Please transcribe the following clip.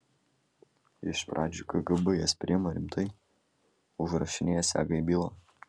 iš pradžių kgb jas priima rimtai užrašinėja sega į bylą